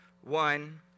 one